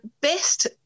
best